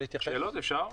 שאלות אפשר?